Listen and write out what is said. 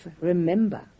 remember